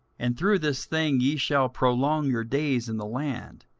and through this thing ye shall prolong your days in the land,